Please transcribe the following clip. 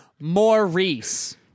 Maurice